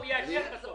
הוא יאשר בסוף.